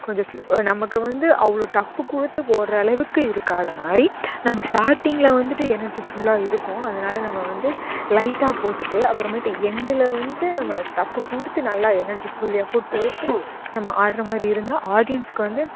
கொஞ்சம் நமக்கு வந்து அவ்வளோ டஃப்பு கொடுத்து போடுற அளவுக்கு இருக்காது மாதிரி நம்ம ஸ்டார்டிங்கீல் வந்துட்டு எனர்ஜிஃபுல்லாக இருக்கும் அதனால நம்ம வந்து லைட்டாக போட்டுகிட்டு அப்புறமேட்டு எண்டில் வந்து நம்ம டஃப்பு கொடுத்து நல்லா எனர்ஜி ஃபுல் எஃபோர்ட் போட்டு நம்ம ஆடுறமாதிரி இருந்தால் ஆடியன்ஸுக்கு வந்து